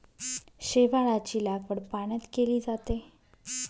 शेवाळाची लागवड पाण्यात केली जाते